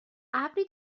ابری